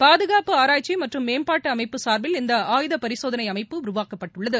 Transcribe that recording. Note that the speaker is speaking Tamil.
பாதுகாப்பு ஆராய்ச்சி மற்றும் மேம்பாட்டு அமைப்பு சார்பில் இந்த ஆயுத பரிசோதனை அமைப்பு உருவாக்கப் பட்டுள்ளது